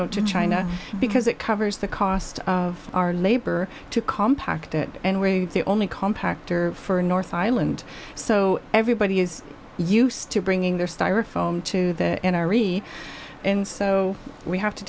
know to china because it covers the cost of our labor to compact it and we the only compact are for north island so everybody is used to bringing their styrofoam to the n r e and so we have to